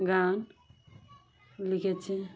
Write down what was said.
গান লিখেছে